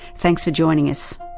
thanks for joining us